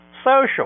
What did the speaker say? Social